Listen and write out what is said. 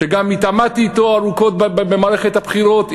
שגם התעמתתי אתו ארוכות במערכת הבחירות,